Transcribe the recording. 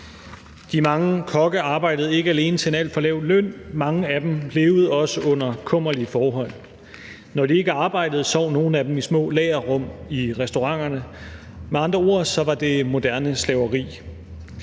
De mange kokke arbejdede ikke alene til en alt for lav løn; mange af dem levede også under kummerlige forhold. Når de ikke arbejdede, sov nogle af dem i små lagerrum i restauranterne. Med andre ord var det moderne slaveri.